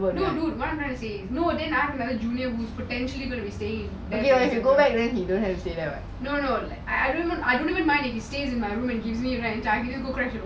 no no what I'm trying to say potentially be staying no no I don't even mind if he stays in my room if he pays rent